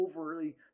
overly